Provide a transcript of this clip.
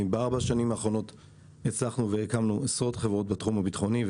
בארבע השנים האחרונות הצלחנו והקמנו עשרות חברות בתחום הביטחוני,